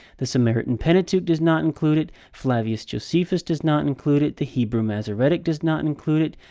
the samaritan pentateuch does not include it. flavius josephus does not include it. the hebrew masoretic does not include it.